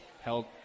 held